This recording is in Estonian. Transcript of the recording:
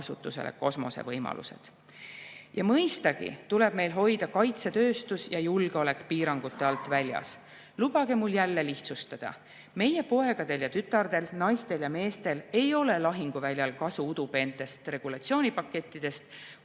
kasutusele kosmose võimalused. Mõistagi tuleb meil hoida kaitsetööstus ja julgeolek piirangute alt väljas. Lubage mul jälle lihtsustada: meie poegadel ja tütardel, naistel ja meestel ei ole lahinguväljal kasu udupeentest regulatsioonipakettidest,